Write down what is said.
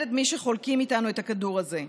את מי שחולקים איתנו את הכדור הזה.